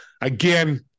again